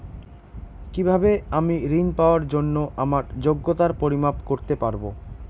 কিভাবে আমি ঋন পাওয়ার জন্য আমার যোগ্যতার পরিমাপ করতে পারব?